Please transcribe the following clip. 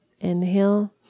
Inhale